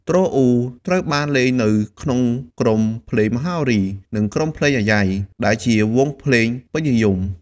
ទ្រអ៊ូត្រូវបានលេងនៅក្នុងក្រុមភ្លេងមហោរី និងក្រុមភ្លេងអាយ៉ៃ ដែលជាវង់ភ្លេងពេញនិយម។